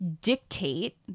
dictate